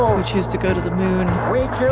we choose to go to the moon,